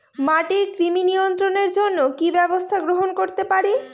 মাটির কৃমি নিয়ন্ত্রণের জন্য কি কি ব্যবস্থা গ্রহণ করতে পারি?